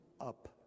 up